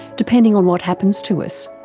depending on what happens to us.